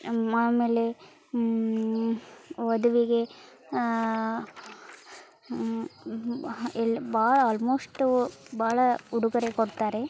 ಅಮ್ ಆಮೇಲೆ ವಧುವಿಗೆ ಇಲ್ಲಿ ಭಾಳ ಆಲ್ಮೋಶ್ಟು ಭಾಳ ಉಡುಗೊರೆ ಕೊಡ್ತಾರೆ